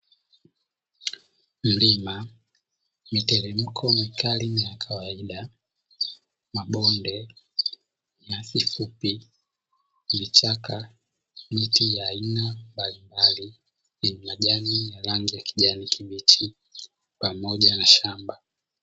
Milima, miteremko mikali na ya kawaida, mabonde, nyasi fupi, vichaka, miti ya aina mbalimbali yenye majani ya rangi ya kijani kibichi pamoja na shamba.